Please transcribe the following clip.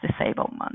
disablement